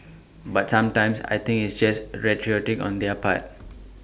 but sometimes I think it's just rhetoric on their part